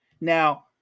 Now